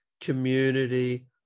community